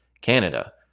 Canada